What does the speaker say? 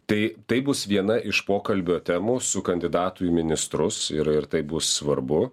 tai tai bus viena iš pokalbio temų su kandidatų į ministrus ir ir tai bus svarbu